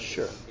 Sure